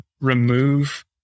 remove